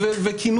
וגם